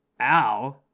Ow